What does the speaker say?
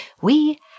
We